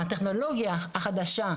הטכנולוגיה החדשה,